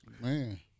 Man